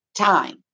time